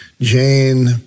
Jane